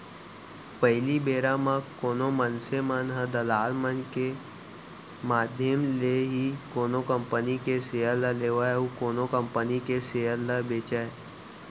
पहिली बेरा म कोनो मनसे मन ह दलाल मन के माधियम ले ही कोनो कंपनी के सेयर ल लेवय अउ कोनो कंपनी के सेयर ल बेंचय